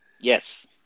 Yes